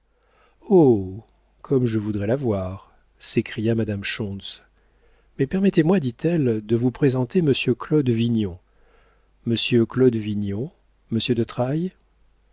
comme je voudrais la voir s'écria madame schontz mais permettez-moi dit-elle de vous présenter monsieur claude vignon monsieur claude vignon monsieur de trailles